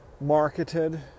marketed